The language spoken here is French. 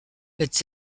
etc